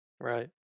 Right